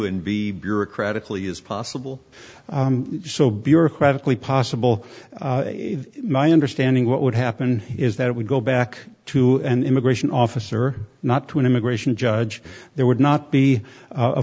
and be bureaucratically is possible so bureaucratically possible my understanding what would happen is that it would go back to an immigration officer not to an immigration judge there would not be a